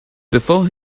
before